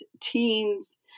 teens